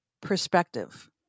perspective